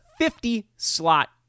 50-slot